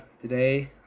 today